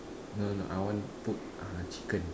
no no I want put uh chicken